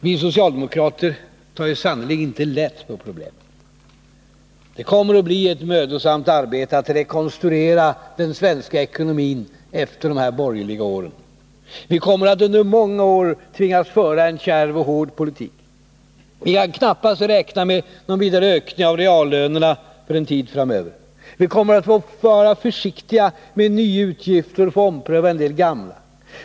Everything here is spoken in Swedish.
Vi socialdemokrater tar sannerligen inte lätt på problemen. Det kommer att bli ett mödosamt arbete att rekonstruera den svenska ekonomin efter de här borgerliga åren. Vi kommer att under många år tvingas föra en kärv och hård politik. Vi kan knappast räkna med någon vidare ökning av reallönerna för en tid framöver. Vi kommer att få vara försiktiga med nya utgifter och kan få ompröva en del gamla.